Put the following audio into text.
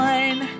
one